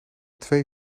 twee